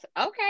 Okay